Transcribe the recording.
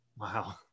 Wow